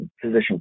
physician